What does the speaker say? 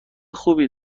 خوبی